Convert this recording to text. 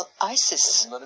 ISIS